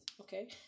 Okay